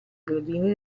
gradini